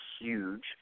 huge